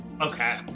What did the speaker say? Okay